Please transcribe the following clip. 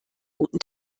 guten